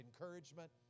encouragement